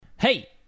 hey